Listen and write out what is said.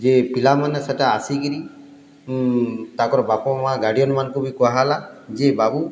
ଯେ ପିଲାମାନେ ସେଟା ଆସିକିରି ତାକର୍ ବାପା ମା' ଗାଡ଼ିଅନ୍ମାନ୍କୁ ବି କୁହାହେଲା ଯେ ବାବୁ